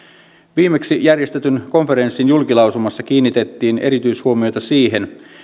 viimeksi järjestetyn konferenssin julkilausumassa kiinnitettiin erityishuomiota siihen